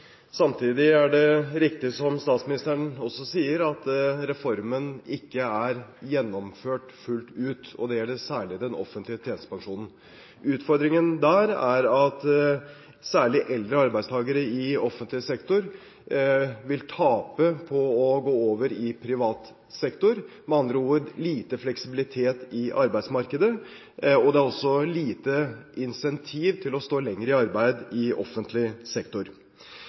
gjennomført fullt ut. Det gjelder særlig den offentlige tjenestepensjonen. Utfordringen der er at særlig eldre arbeidstagere i offentlig sektor vil tape på å gå over i privat sektor – med andre ord lite fleksibilitet i arbeidsmarkedet. Det er også lite incentiv for å stå lenger i arbeid i offentlig sektor.